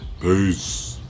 peace